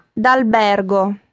d'albergo